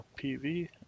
PV